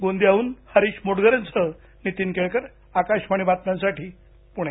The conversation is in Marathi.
गोंदियाहन हरिष मोटघरेंसह नीतीन केळकरआकाशवाणी बातम्यांसाठी पुणे